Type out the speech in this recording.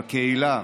בקהילה,